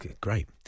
great